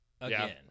again